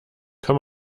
kann